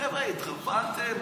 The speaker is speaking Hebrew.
חבר'ה, התחרפנתם?